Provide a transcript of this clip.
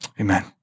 Amen